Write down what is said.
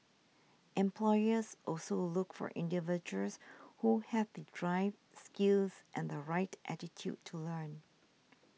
employers also look for individuals who have the drive skills and the right attitude to learn